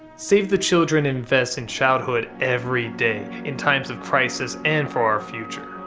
save the children invests in childhood everyday in times of crisis and for our future.